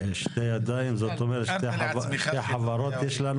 שתי ידיים, זאת אומרת שתי חברות יש כאן?